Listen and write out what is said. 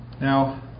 now